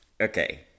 okay